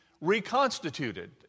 reconstituted